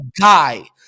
guy